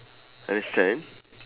understand